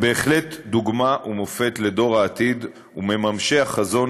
הם בהחלט דוגמה ומופת לדור העתיד ומממשי החזון